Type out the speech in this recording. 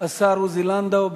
השר עוזי לנדאו.